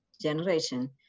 generation